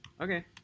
Okay